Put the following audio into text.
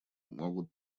могут